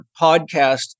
podcast